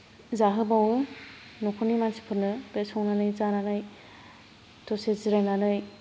जाहोबावो न'खरनि मानसिफोरनो बे संनानै जानानै दसे जिरायनानै